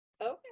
Okay